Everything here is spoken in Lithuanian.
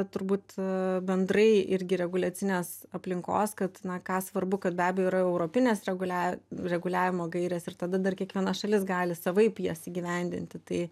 turbūt bendrai irgi reguliacinės aplinkos kad na ką svarbu kad be abejo yra europinės regulia reguliavimo gairės ir tada dar kiekviena šalis gali savaip jas įgyvendinti tai